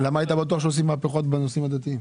למה היית בטוח שעושים מהפכות בנושאים הדתיים?